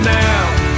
now